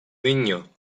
niño